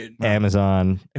Amazon